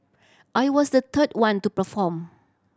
I was the third one to perform